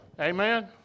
Amen